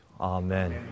Amen